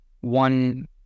one